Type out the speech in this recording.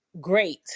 Great